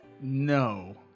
No